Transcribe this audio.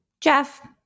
Jeff